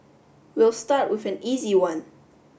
we'll start with an easy one